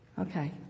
Okay